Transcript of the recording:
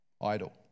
idle